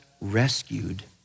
rescued